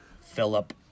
Philip